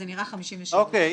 זה נראה 53'. אוקיי,